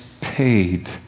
paid